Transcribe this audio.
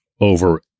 over